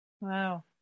Wow